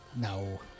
No